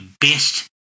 best